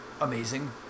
Amazing